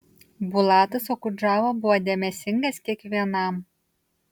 bulatas okudžava buvo dėmesingas kiekvienam